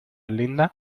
linda